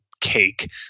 cake